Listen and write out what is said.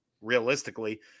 realistically